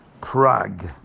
Prague